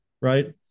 right